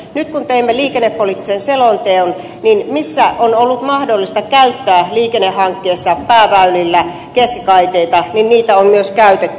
nyt kun teimme liikennepoliittisen selonteon niin siellä missä on ollut mahdollista käyttää liikennehankkeessa pääväylillä keskikaiteita niitä on myös käytetty